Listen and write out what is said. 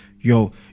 yo